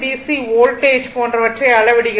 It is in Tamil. சி வோல்டேஜ் போன்றவற்றை அளவிடுகிறது